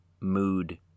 mood